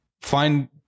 find